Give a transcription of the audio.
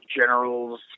generals